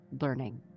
learning